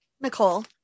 Nicole